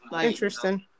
Interesting